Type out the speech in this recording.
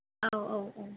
औ औ औ